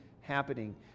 happening